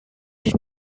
did